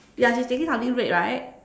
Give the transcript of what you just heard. ya he's taking something red right